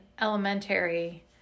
elementary